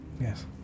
yes